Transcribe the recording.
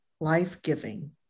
life-giving